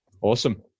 Awesome